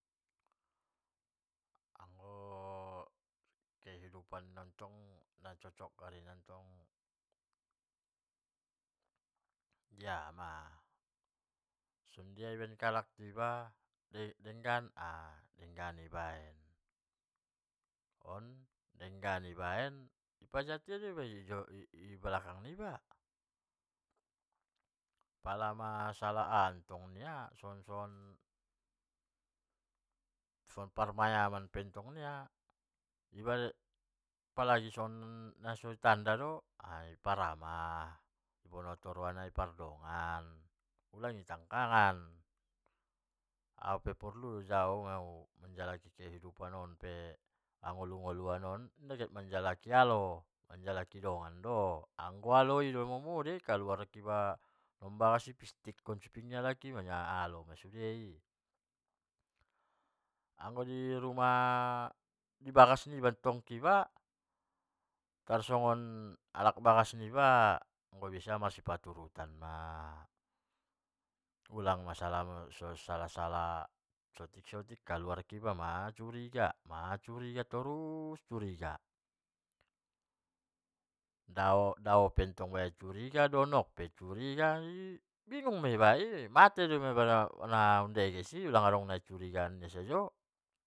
Anggo umpana tong nacocok tong, aha ma denggan baen halak tu iba denggan i baen, denggan ibaen i panyayat iba ma ia di belakang niba, pala masalah aha tong nia songon parmayaman apalgi ongon naso i tanda do i paramah. pokokna i pardongan ulang i tangkangan, au pe porlu jo yau manjalaki kehidupan on manjalaki hangoluan on nda manjalaki alo manjalaki dongan do, anggo alo i do momo doi, kaluar iba sian bagas i non i pistikkon non suping ni halak i, jadi alo doi, anggo i rumah niba dontong iba tarsongon alak bagas niba anggo bisa marsipaturutan a. ulang salah marsisalah salah, kaluar iba otik macuriga, macuriga, torus curiga dao pe tong curiga donok pe curiga, mate do iba i ulang naadong curiga sajo.